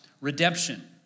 redemption